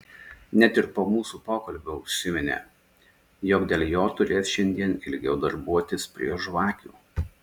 net ir po mūsų pokalbio užsiminė jog dėl jo turės šiandien ilgiau darbuotis prie žvakių